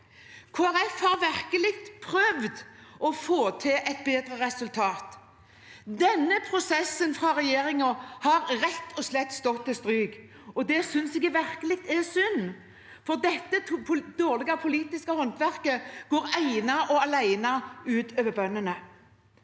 har virkelig prøvd å få til et bedre resultat. Denne prosessen fra regjeringen har rett og slett stått til stryk, og det synes jeg virkelig er synd, for dette dårlige politiske håndverket går ene og alene ut over bøndene.